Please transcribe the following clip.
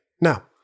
Now